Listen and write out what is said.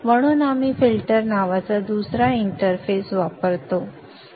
म्हणून आम्ही फिल्टर नावाचा दुसरा इंटरफेस वापरतो